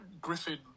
Griffin